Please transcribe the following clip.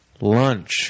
lunch